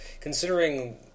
considering